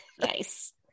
Nice